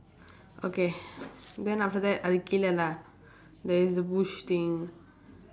okay then after that அதுக்கு கீழே:athukku kiizhee lah there is a bush thing